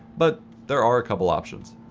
but there are a couple options.